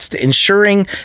ensuring